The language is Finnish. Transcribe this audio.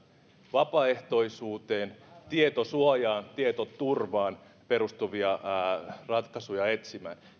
vapaaehtoisuuteen tietosuojaan tietoturvaan perustuvia ratkaisuja etsimään